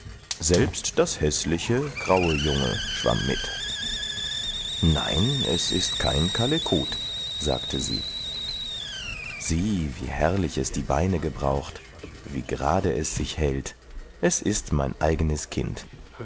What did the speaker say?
selbst das häßliche graue junge schwamm mit nein es ist kein kalekut sagte sie sieh wie herrlich es die beine gebraucht wie gerade es sich hält es ist mein eigenes kind